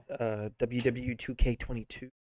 WW2K22